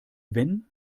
wenn